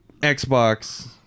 Xbox